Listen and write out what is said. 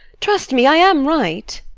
trust me, i am right.